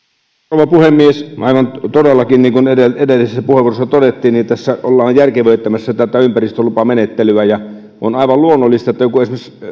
rouva puhemies aivan todellakin niin kuin edellisessä puheenvuorossa todettiin tässä ollaan järkevöittämässä tätä ympäristölupamenettelyä on aivan luonnollista että joku